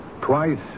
Twice